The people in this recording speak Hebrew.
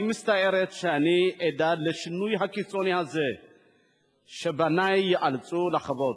אני מצטערת שאני עדה לשינוי הקיצוני הזה שבני ייאלצו לחוות.